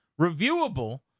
reviewable